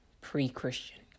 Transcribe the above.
pre-Christian